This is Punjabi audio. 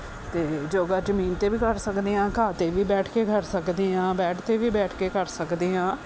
ਅਤੇ ਯੋਗਾ ਜ਼ਮੀਨ 'ਤੇ ਵੀ ਕਰ ਸਕਦੇ ਹਾਂ ਘਾਹ 'ਤੇ ਵੀ ਬੈਠ ਕੇ ਕਰ ਸਕਦੇ ਹਾਂ ਬੇਡ 'ਤੇ ਵੀ ਬੈਠ ਕੇ ਕਰ ਸਕਦੇ ਹਾਂ